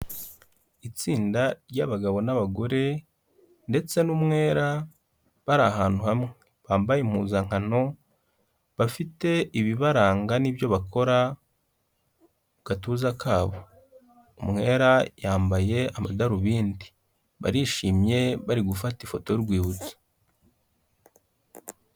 Itsinda ry'abagabo n'abagore ndetse n'umwera bari ahantu hamwe, bambaye impuzankano bafite ibibaranga n'ibyo bakora ku gatuza kabo, umwera yambaye amadarubindi, barishimye bari gufata ifoto y'urwibutso.